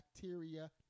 bacteria